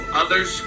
others